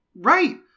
Right